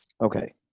Okay